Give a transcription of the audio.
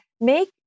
make